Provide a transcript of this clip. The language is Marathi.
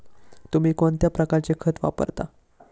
तुम्ही कोणत्या प्रकारचे खत वापरता?